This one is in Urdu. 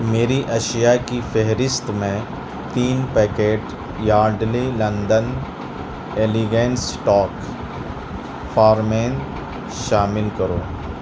میری اشیاء کی فہرست میں تین packet Yardley London elegance talk for men شامل کرو